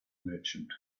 merchant